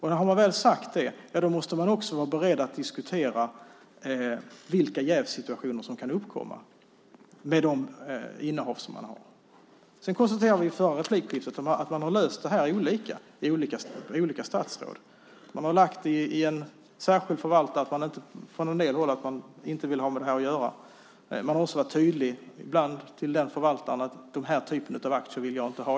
Har man väl sagt det måste man också vara beredd att diskutera vilka jävssituationer som kan uppkomma, med de innehav som man har. Jag konstaterade i det förra replikskiftet att man har löst det olika för olika statsråd. Man har en särskild förvaltare därför att man inte vill ha med det här att göra. Man har också varit tydlig inför den förvaltaren att man inte vill ha en viss typ av aktier.